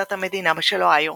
באוניברסיטת המדינה של אוהיו,